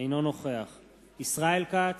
אינו נוכח ישראל כץ,